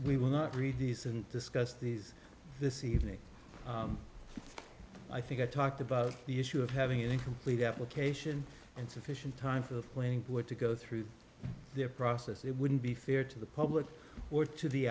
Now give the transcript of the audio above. we will not read decent discuss these this evening i think i talked about the issue of having an incomplete application and sufficient time for the playing board to go through their process it wouldn't be fair to the public or to the